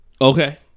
Okay